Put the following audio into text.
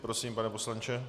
Prosím, pane poslanče.